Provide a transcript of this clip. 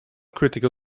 critical